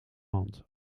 mand